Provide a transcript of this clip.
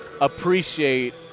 appreciate